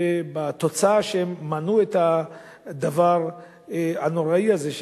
בתוצאה שהם מנעו את הדבר הנוראי הזה.